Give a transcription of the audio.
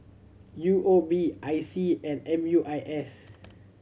U O B I C and M U I S